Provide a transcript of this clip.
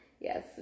Yes